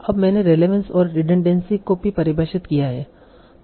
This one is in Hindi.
अब मैंने रेलेवंस और रिडनड़ेंसी को भी परिभाषित किया है